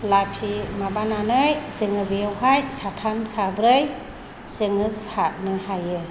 लाफि माबानानै जोङो बेयावहाय साथाम साब्रै जोङो सारनो हायो